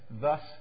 Thus